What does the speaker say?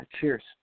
Cheers